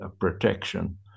protection